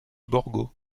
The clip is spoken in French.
borgo